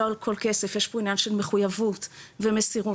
לא הכול כסף יש פה עניין של מחויבות ומסירות